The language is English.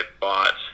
bought